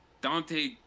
Dante